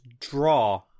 draw